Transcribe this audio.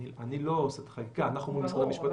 אני לא עושה את החקיקה אלא משרד המשפטים.